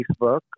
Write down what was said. Facebook